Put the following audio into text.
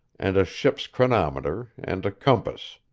and a ship's chronometer, and a compass.